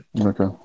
Okay